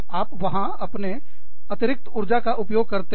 आप वहां अपने अतिरिक्त ऊर्जा का उपयोग करते हैं